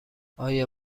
آیا